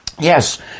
Yes